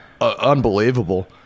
unbelievable